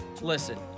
listen